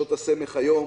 שעות הסמך היום